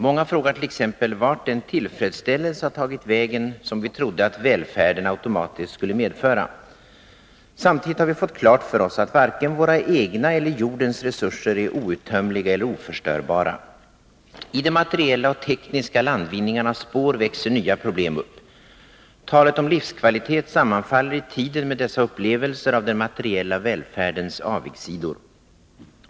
Många frågar t.ex. vart den tillfredsställelse har tagit vägen som vi trodde att välfärden automatiskt skulle medföra. Samtidigt har vi fått klart för oss att varken våra egna eller jordens resurser är outtömliga eller oförstörbara. I de materiella och tekniska landvinningarnas spår växer nya problem upp. Talet om livskvalitet sammanfaller i tiden med dessa upplevelser av den materiella välfärdens avigsidor.